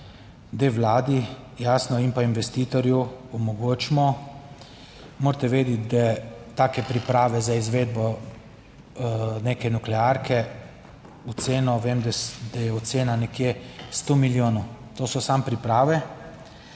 da Vladi jasno in pa investitorju omogočimo, morate vedeti, da take priprave za izvedbo neke nuklearke, vem, da je ocena nekje sto milijonov, to so samo priprave,